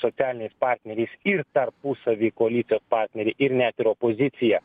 socialiniais partneriais ir tarpusavy koalicijos partneriai ir net ir opozicija